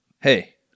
Hey